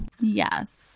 yes